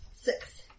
Six